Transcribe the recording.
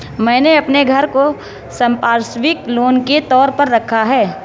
मैंने अपने घर को संपार्श्विक लोन के तौर पर रखा है